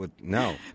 No